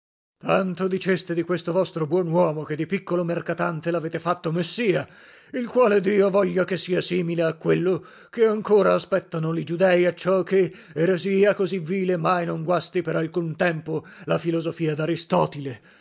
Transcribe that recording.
tanto diceste di questo vostro buon uomo che di piccolo mercatante lavete fatto messia il quale dio voglia che sia simile a quello che ancora aspettano li giudei acciò che eresia così vile mai non guasti per alcun tempo la filosofia daristotile